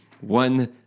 One